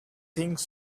things